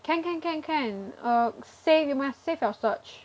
can can can can uh save you must save your search